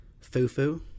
Fufu